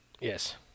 Yes